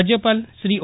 રાજ્યપાલ શ્રી ઓ